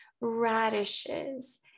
radishes